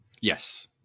yes